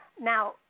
Now